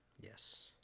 Yes